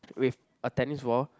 with a tennis ball